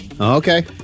Okay